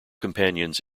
companions